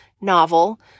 novel